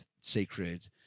sacred